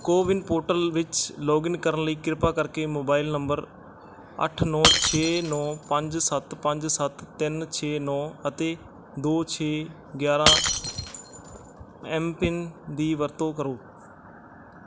CoWIN portal ਵਿੱਚ login ਕਰਨ ਲਈ ਕਿਰਪਾ ਕਰਕੇ ਮੋਬਾਈਲ ਨੰਬਰ ਅੱਠ ਨੌਂ ਛੇ ਨੌਂ ਪੰਜ ਸੱਤ ਪੰਜ ਸੱਤ ਤਿੰਨ ਛੇ ਨੌਂ ਅਤੇ ਦੋ ਛੇ ਗਿਆਰਾਂ ਐਮਪਿੰਨ ਦੀ ਵਰਤੋਂ ਕਰੋ